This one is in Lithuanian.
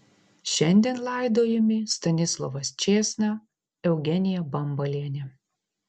šiandien laidojami stanislovas čėsna eugenija bambalienė